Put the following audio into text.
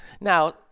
Now